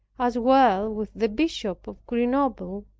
as well with the bishop of grenoble.